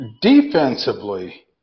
Defensively